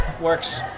Works